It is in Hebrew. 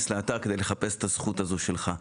לאתר כדי לחפש את הזכות הזאת שלך.